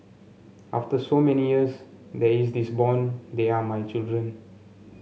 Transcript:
after so many years there is this bond they are my children